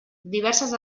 diverses